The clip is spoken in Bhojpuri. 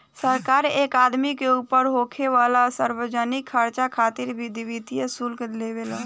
सरकार एक आदमी के ऊपर होखे वाला सार्वजनिक खर्चा खातिर भी वित्तीय शुल्क लेवे ला